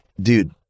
dude